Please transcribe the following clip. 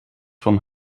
van